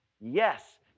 Yes